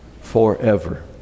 forever